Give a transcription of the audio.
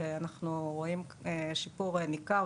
ואנחנו רואים שיפור ניכור.